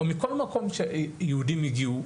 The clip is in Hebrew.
או מכל מקום שיהודים הגיעו,